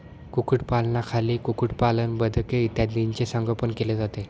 कुक्कुटपालनाखाली कुक्कुटपालन, बदके इत्यादींचे संगोपन केले जाते